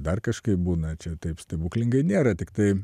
dar kažkaip būna čia taip stebuklingai nėra tiktai